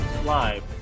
live